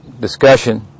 discussion